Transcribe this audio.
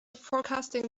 forecasting